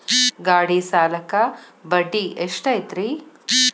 ಗಾಡಿ ಸಾಲಕ್ಕ ಬಡ್ಡಿ ಎಷ್ಟೈತ್ರಿ?